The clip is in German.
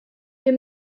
wir